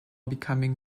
becoming